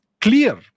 clear